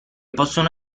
possono